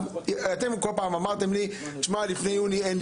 אתם כל פעם אמרתם שלפני יוני אין.